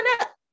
up